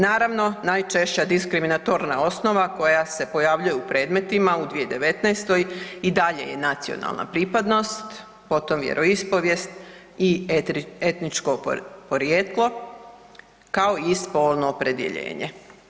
Naravno najčešća diskriminatorna osnova koja se pojavljuje u predmetima u 2019. i dalje je nacionalna pripadnost, potom vjeroispovijest i etničko porijeklo kao i spolno opredjeljenje.